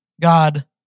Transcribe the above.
God